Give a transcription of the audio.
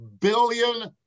billion